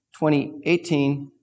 2018